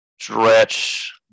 stretch